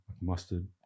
mustard